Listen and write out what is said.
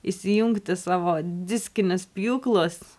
įsijungti savo diskinius pjūklus